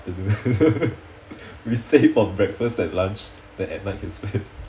afternoon we save for breakfast and lunch then at night can spend